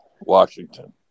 Washington